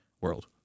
world